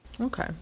Okay